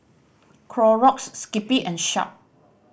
Clorox Skippy and Sharp